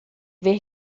ver